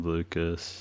Lucas